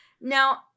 Now